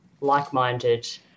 like-minded